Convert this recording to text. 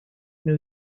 new